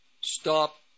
stop